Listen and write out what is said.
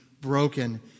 broken